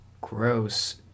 Gross